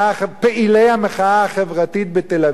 פעילי המחאה החברתית בתל-אביב,